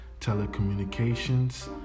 telecommunications